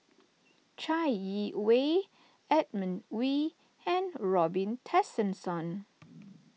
Chai Yee Wei Edmund Wee and Robin Tessensohn